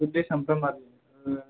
सामफ्रामारि